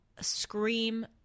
scream